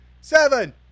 seven